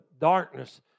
darkness